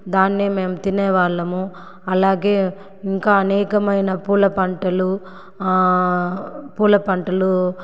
దాన్నే మేము తినే వాళ్ళము అలాగే ఇంకా అనేకమైన పూల పంటలు పూల పంటలు